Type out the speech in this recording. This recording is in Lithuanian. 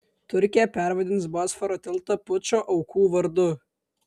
turkija pervardins bosforo tiltą pučo aukų vardu